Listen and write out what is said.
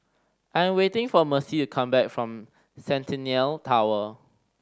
I am waiting for Mercy to come back from Centennial Tower